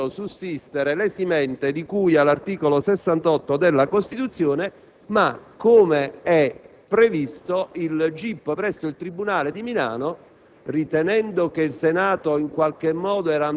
il Senato della Repubblica ha ritenuto sussistere l'esimente di cui all'articolo 68 della Costituzione, ma, com'è previsto, il GIP presso il tribunale di Milano,